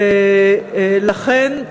ולכן,